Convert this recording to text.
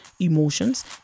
emotions